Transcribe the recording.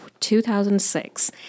2006